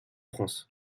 france